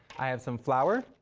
i have some flour,